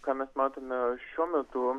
ką mes matome šiuo metu